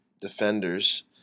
defenders